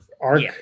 arc